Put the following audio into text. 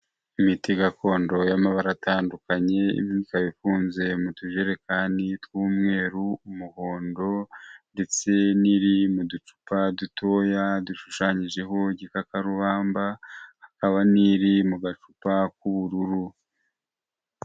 Imiti gakondo y'amabara atandukanye, imwe ikaba ifunze mu tujerekani tw'umweru, umuhondo ndetse n'iri mu ducupa dutoya, dushushanyijeho igikakarubamba, hakaba n'iri mu gacupa k'ubururu.